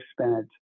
spent